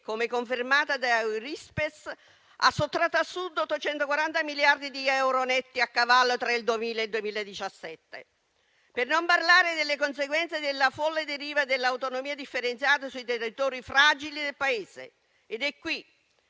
come confermato da Eurispes, ha sottratto al Sud 840 miliardi di euro netti a cavallo tra il 2000 e il 2017. Questo per non parlare delle conseguenze della folle deriva dell’autonomia differenziata nei territori fragili del Paese: è qui